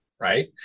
Right